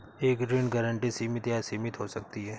एक ऋण गारंटी सीमित या असीमित हो सकती है